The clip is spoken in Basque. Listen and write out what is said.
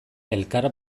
elkar